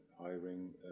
hiring